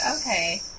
okay